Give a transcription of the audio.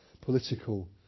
political